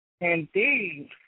Indeed